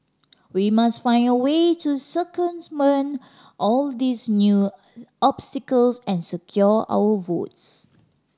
we must find a way to all these new obstacles and secure our votes